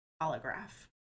holograph